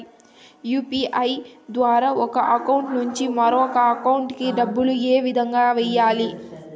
UPI ద్వారా ఒక account నుంచి మరొక అకౌంట్ కి డబ్బులు ఏ విధంగా వెయ్యాలి